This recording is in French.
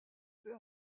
peu